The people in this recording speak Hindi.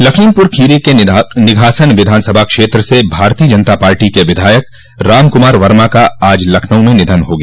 लखीमपुर खीरी के निघासन विधानसभा क्षेत्र से भारतीय जनता पार्टी के विधायक राम कुमार वर्मा का आज लखनऊ में निधन हो गया